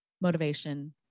motivation